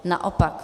Naopak.